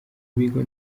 bigo